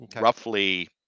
roughly